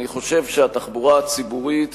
אני חושב שהתחבורה הציבורית